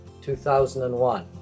2001